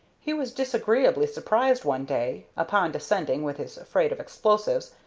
he was disagreeably surprised one day, upon descending with his freight of explosives,